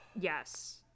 yes